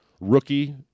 rookie